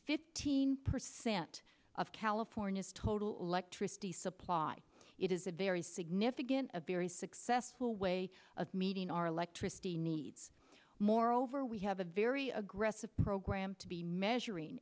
fifteen percent of california's total lector if the supply it is a very significant a very successful way of meeting our electricity needs moreover we have a very aggressive program to be measuring